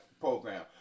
program